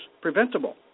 preventable